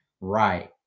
right